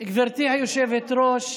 גברתי היושבת-ראש,